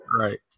Right